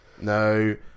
No